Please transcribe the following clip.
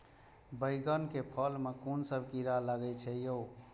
बैंगन के फल में कुन सब कीरा लगै छै यो?